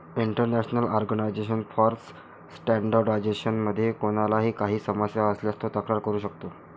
international organisation for standardisation मध्ये कोणाला काही समस्या असल्यास तो तक्रार करू शकतो